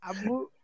Abu